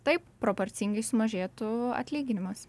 taip proporcingai sumažėtų atlyginimas